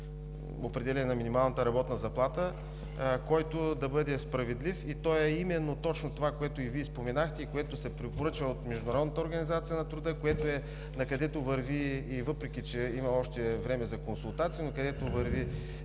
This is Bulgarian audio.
определяне на минималната работна заплата, който да бъде справедлив, и той е именно и точно това, което Вие споменахте, и което се препоръчва от Международната организация на труда и, въпреки че има още време за консултации, накъдето върви